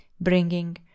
bringing